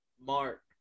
Mark